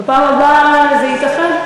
בפעם הבאה זה ייתכן,